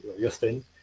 Justin